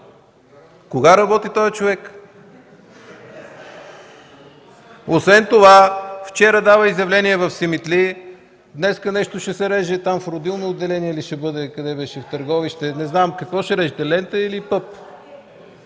Кога работи този човек? (Оживление.) Освен това вчера дава изявление в Симитли, днес нещо ще се реже в родилно отделение ли ще бъде, къде беше – в Търговище? Не знам какво ще режете – лента или пъп.